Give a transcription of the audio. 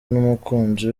n’umukunzi